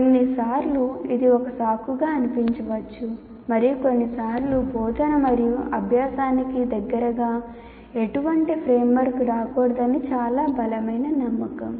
కొన్నిసార్లు ఇది ఒక సాకుగా అనిపించవచ్చు మరియు కొన్నిసార్లు బోధన మరియు అభ్యాసానికి దగ్గరగా ఎటువంటి ఫ్రేమ్వర్క్ రాకూడదనేది చాలా బలమైన నమ్మకం